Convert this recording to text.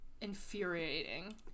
infuriating